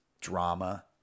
drama